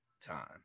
time